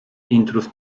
intruz